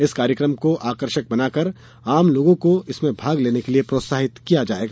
इस कार्यक्रम को आकर्षक बनाकर आम लोगों को इसमें भाग लेने के लिए प्रोत्साहित किया जायेगा